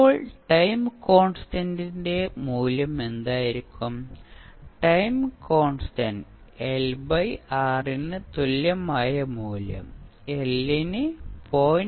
ഇപ്പോൾ ടൈം കോൺസ്റ്റന്റിന്റെ മൂല്യം എന്തായിരിക്കും time constant L by R ന് തുല്യമായ മൂല്യം L ന് 0